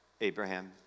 Abraham